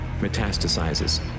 metastasizes